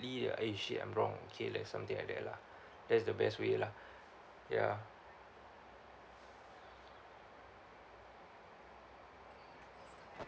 ah eh shit I'm wrong okay like something like that lah that's the best way lah ya